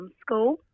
school